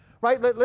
Right